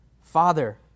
Father